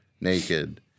naked